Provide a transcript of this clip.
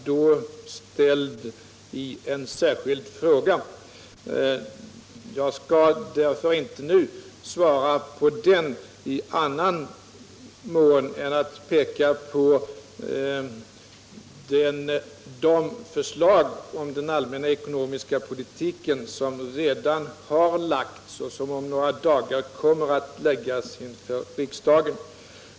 Jag skall därför nu bara peka på de förslag beträffande den allmänna ekonomiska politiken som redan har framlagts och som om några dagar kommer att föreläggas riksdagen.